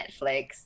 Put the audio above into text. Netflix